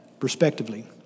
respectively